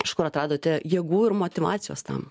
iš kur atradote jėgų ir motyvacijos tam